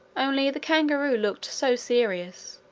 only the kangaroo looked so serious,